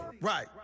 Right